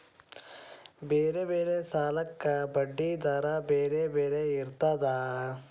ಬೇರೆ ಬೇರೆ ಸಾಲಕ್ಕ ಬಡ್ಡಿ ದರಾ ಬೇರೆ ಬೇರೆ ಇರ್ತದಾ?